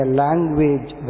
language